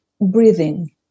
breathing